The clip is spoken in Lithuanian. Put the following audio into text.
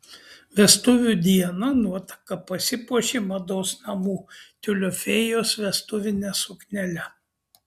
vestuvių dieną nuotaka pasipuošė mados namų tiulio fėjos vestuvine suknele